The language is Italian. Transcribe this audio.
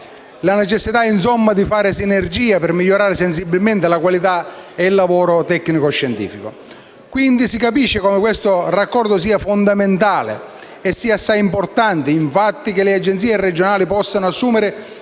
risparmi; insomma, di realizzare sinergie per migliorare sensibilmente la qualità del lavoro tecnico-scientifico. Quindi, si capisce come questo raccordo sia fondamentale e come sia assai importante che le Agenzie regionali possano assumere